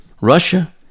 Russia